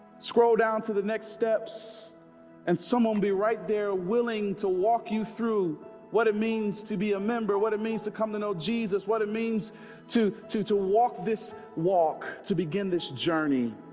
scroll down to the next steps and someone will be right there willing to walk you through what it means to be a member what it means to come to know jesus what it means to to to walk this walk to begin this journey